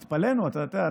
התפלאנו, אתה יודע.